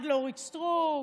אחד לאורית סטרוק,